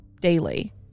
daily